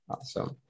Awesome